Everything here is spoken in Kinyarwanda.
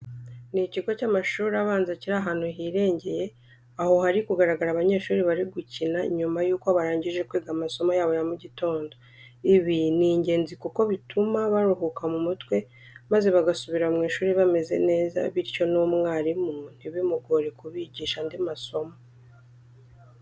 Ni ikigo cy'amashuri abanza kiri ahantu hirengeye, aho hari kugaragara abanyeshuri bari gukina nyuma yuko barangije kwiga amasomo yabo ya mu gitondo. Ibi ni ingenzi kuko bituma baruhura mu mutwe, maze bagasubira mu ishuri bameze neza bityo n'umwarimu ntibimugore kubigisha andi masomo.